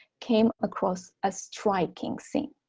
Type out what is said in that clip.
came across ah striking scene